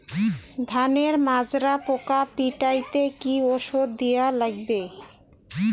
ধানের মাজরা পোকা পিটাইতে কি ওষুধ দেওয়া লাগবে?